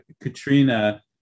Katrina